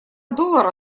доллара